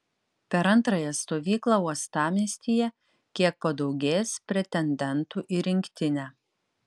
per antrąją stovyklą uostamiestyje kiek padaugės pretendentų į rinktinę